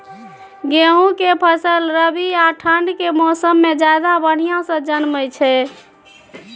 गेहूं के फसल रबी आ ठंड के मौसम में ज्यादा बढ़िया से जन्में छै?